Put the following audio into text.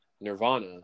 Nirvana